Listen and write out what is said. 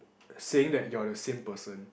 saying that you're the same person